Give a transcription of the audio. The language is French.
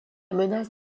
menace